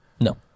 no